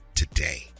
today